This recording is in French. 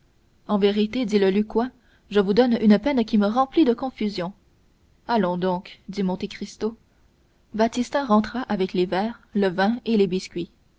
en vérité dit le lucquois je vous donne une peine qui me remplit de confusion allons donc dit monte cristo baptistin rentra avec les verres le vin et les biscuits